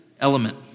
element